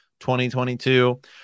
2022